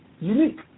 unique